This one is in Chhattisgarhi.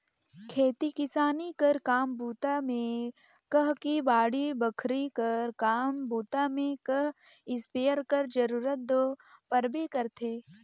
खेती किसानी कर काम बूता मे कह कि बाड़ी बखरी कर काम बूता मे कह इस्पेयर कर जरूरत दो परबे करथे